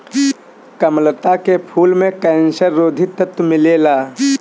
कामलता के फूल में कैंसर रोधी तत्व मिलेला